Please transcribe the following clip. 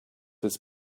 his